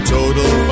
total